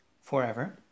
forever